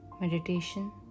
Meditation